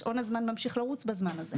ששעון הזמן ממשיך לרוץ בזמן הזה.